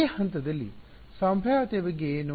ಈ ಹಂತದಲ್ಲಿ ಸಂಭಾವ್ಯತೆಯ ಬಗ್ಗೆ ಏನು